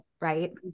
Right